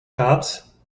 cops